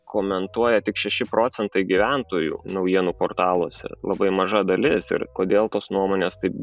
komentuoja tik šeši procentai gyventojų naujienų portaluose labai maža dalis ir kodėl tos nuomonės tai